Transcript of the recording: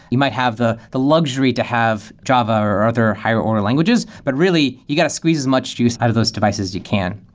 you might have the the luxury to have java, or other higher order languages, but really, you got to squeeze as much juice out of those devices as you can.